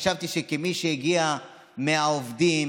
חשבתי שכמי שהגיע מסיוע לעובדים